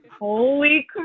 Holy